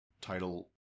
title